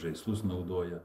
žaislus naudoja